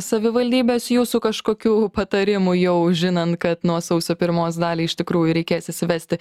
savivaldybės jūsų kažkokių patarimų jau žinant kad nuo sausio pirmos daliai iš tikrųjų reikės įsivesti